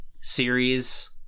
series